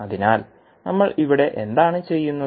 അതിനാൽ നമ്മൾ ഇവിടെ എന്താണ് ചെയ്യുന്നത്